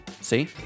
See